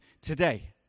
today